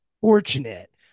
fortunate